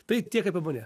tai tiek apie mane